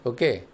Okay